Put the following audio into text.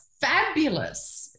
fabulous